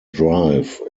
drive